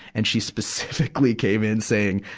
and she specifically came in, saying,